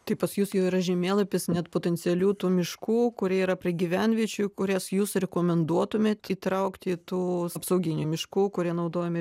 tai pas jus jau yra žemėlapis net potencialių tų miškų kurie yra prie gyvenviečių kurias jūs rekomenduotumėt įtraukti į tų apsauginių miškų kurie naudojami